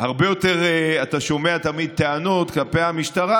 שהרבה יותר אתה שומע תמיד טענות כלפי המשטרה,